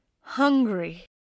hungry